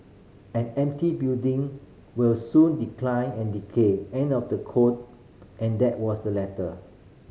an empty building will soon decline and decay end of the quote and that was the letter